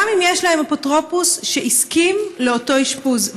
גם אם יש לה אפוטרופוס שהסכים לאותו אשפוז?